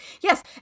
yes